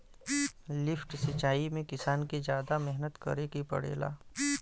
lift सिचाई में किसान के जादा मेहनत करे के पड़ेला